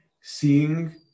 Seeing